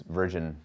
virgin